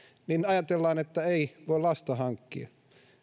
niin ajatellaan että ei voi lasta hankkia